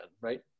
right